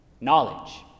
Knowledge